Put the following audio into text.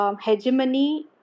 hegemony